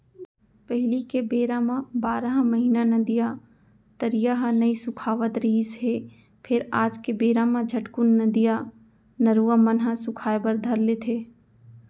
पहिली के बेरा म बारह महिना नदिया, तरिया ह नइ सुखावत रिहिस हे फेर आज के बेरा म झटकून नदिया, नरूवा मन ह सुखाय बर धर लेथे